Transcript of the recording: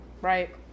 Right